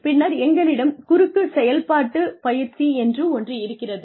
பின்னர் எங்களிடம் குறுக்கு செயல்பாட்டுப் பயிற்சி என்று ஒன்று இருக்கிறது